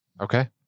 okay